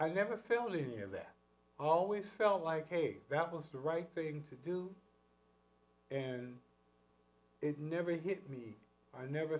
i never failing and that always felt like a that was the right thing to do and it never hit me i never